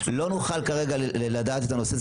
לא נוכל כרגע לדעת את הנושא,